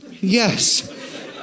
Yes